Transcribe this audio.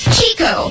Chico